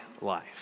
life